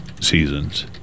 seasons